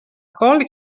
col